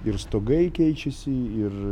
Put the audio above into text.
ir stogai keičiasi ir